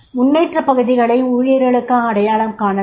முன்னேற்றப் பகுதிகளை ஊழியர்களுக்காக அடையாளம் காணலாம்